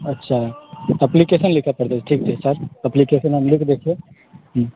अच्छा अप्लीकेशन लिखय पड़तै ठीक छै सर अप्लीकेशन हम लिख दै छी